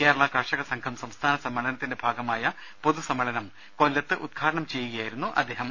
കേരള കർഷക സംഘം സംസ്ഥാന സമ്മേളനത്തിന്റെ ഭാഗമായ പൊതുസമ്മേളനം കൊല്ലത്ത് ഉദ്ഘാടനം ചെയ്യുകയായിരുന്നു അദ്ദേഹം